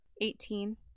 Eighteen